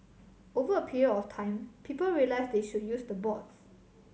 over a period of time people realise they should use the boards